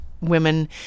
women